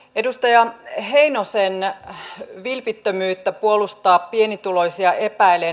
edustaja heinosen vilpittömyyttä puolustaa pienituloisia epäilen